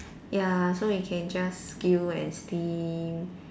ya so we can just grill and steam